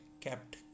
kept